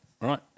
right